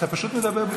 אתה פשוט מדבר בקול.